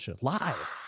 live